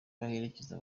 berekeza